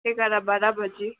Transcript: एघार बाह्र बजी